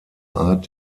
art